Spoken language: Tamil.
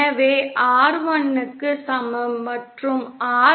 எனவே R 1 க்கு சமம் மற்றும் R